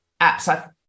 apps